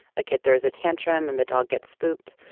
a kid. there is a tantrum and the dog gets spooked.